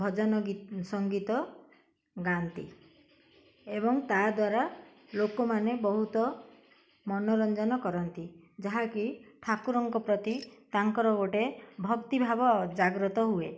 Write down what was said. ଭଜନ ଗୀ ସଙ୍ଗୀତ ଗାଆନ୍ତି ଏବଂ ତା ଦ୍ୱାରା ଲୋକମାନେ ବହୁତ ମନୋରଞ୍ଜନ କରନ୍ତି ଯାହାକି ଠାକୁରଙ୍କ ପ୍ରତି ତାଙ୍କର ଗୋଟେ ଭକ୍ତିଭାବ ଜାଗ୍ରତ ହୁଏ